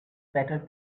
better